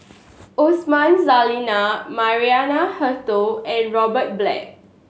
Osman Zailani Maria Hertogh and Robert Black